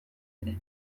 ere